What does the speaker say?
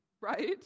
right